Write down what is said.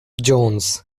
jones